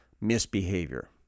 misbehavior